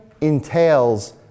entails